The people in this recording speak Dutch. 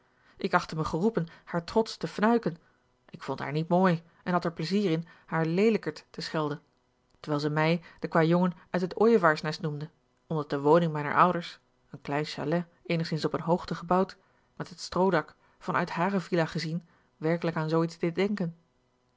ik achtte mij geroepen haar trots te fnuiken ik vond haar niet mooi en had er pleizier in haar leelijkert te schelden terwijl zij mij den kwajongen uit het ooievaarsnest noemde omdat de woning mijner ouders een klein châlet eenigszins op eene hoogte gebouwd met het stroodak van uit hare villa gezien werkelijk aan zoo iets deed denken